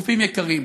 חופים יקרים,